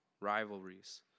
rivalries